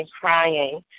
crying